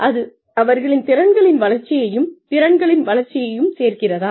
அது அவர்களின் திறன்களின் வளர்ச்சியையும் திறன்களின் வளர்ச்சியையும் சேர்க்கிறதா